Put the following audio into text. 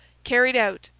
carried out,